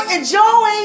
Enjoy